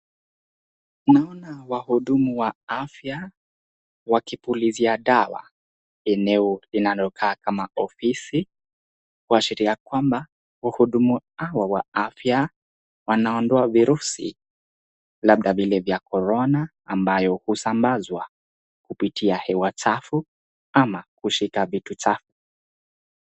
Tunaona wahudumu wa afya wakipulizia dawa eneo linalokaa kama ofisi kuashiria kwamba wahudumu hawa wa afya wanaondoa virusi labda vile vya korona ambayo husambazwa kupitia hewa chafu ama kushika vitu chafu.